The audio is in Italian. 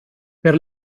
per